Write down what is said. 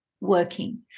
working